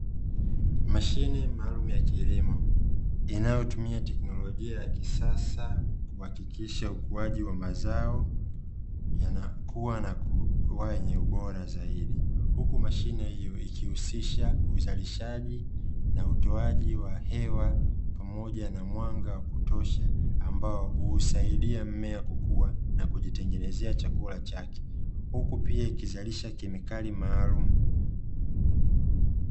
Mashine maalum ya kilimo inayotumia teknolojia ya kisasa kuhakikisha ukuaji wa mazao yanakuwa na wenye ubora zaidi, huku mashine hiyo ikijhusisha uzalishaji na utoaji wa hewa pamoja na mwanga wa kutosha, ambao huusaidia mmea kukua na kujitengenezea chakula chake huku pia ikizalisha kemikali maalumu.